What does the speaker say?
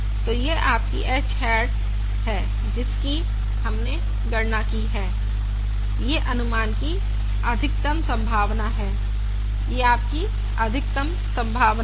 तो यह आपकी h हैट है जिसकी हमने गणना की है यह अनुमान की अधिकतम संभावना है यह आपकी अधिकतम संभावना है